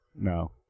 No